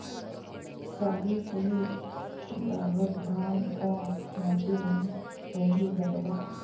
साही शाही दावत धान कोन माटी म होही गरवा?